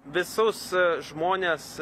visus žmones